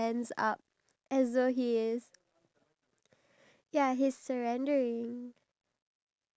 be in this type of envir~ environment like not like a farm environment of course but